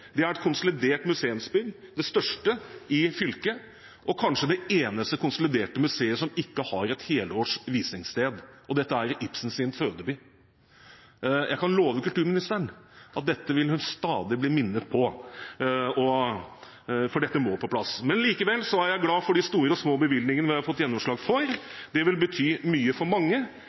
Det er et konsolidert museumsbygg, det største i fylket, og kanskje det eneste konsoliderte museet som ikke har et helårs visningssted – og dette er i Ibsens fødeby. Jeg kan love kulturministeren at dette vil hun stadig bli minnet på, for dette må på plass. Likevel er jeg glad for de store og små bevilgningene vi har fått gjennomslag for. Det vil bety mye for mange.